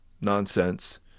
nonsense